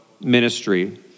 ministry